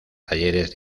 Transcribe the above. talleres